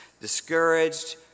discouraged